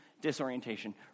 disorientation